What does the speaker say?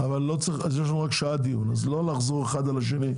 אני מבקש לא לחזור על דברים שנאמרו.